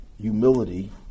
humility